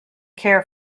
care